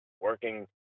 working